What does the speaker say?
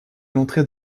l’entrée